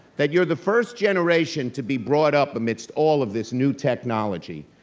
that you're the first generation to be brought up amidst all of this new technology,